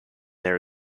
there